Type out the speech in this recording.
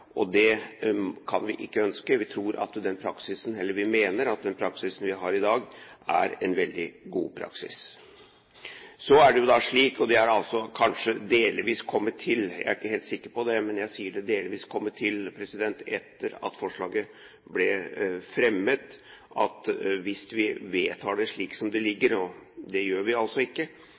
Det kan vi ikke ønske, vi mener at den praksisen vi har i dag, er en veldig god praksis. Så er det da slik, og det er kanskje delvis kommet til – jeg er ikke helt sikker på det – etter at forslaget ble fremmet, at hvis vi vedtar det slik som det ligger, og det gjør vi altså ikke,